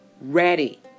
ready